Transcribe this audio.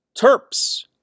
Terps